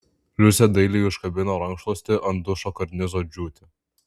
liusė dailiai užkabino rankšluostį ant dušo karnizo džiūti